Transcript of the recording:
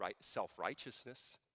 self-righteousness